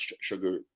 sugar